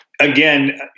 Again